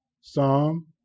Psalm